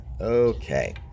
Okay